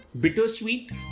bittersweet